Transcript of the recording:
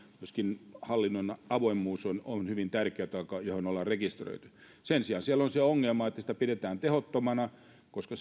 myöskin hallinnon avoimuus on on hyvin tärkeätä ja se on rekisteröity sen sijaan siellä on se ongelma että sitä pidetään tehottomana koska